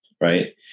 right